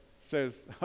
Says